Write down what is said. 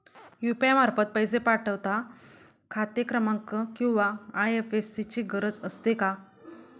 UPI मार्फत पैसे पाठवता खाते क्रमांक किंवा आय.एफ.एस.सी ची गरज असते का?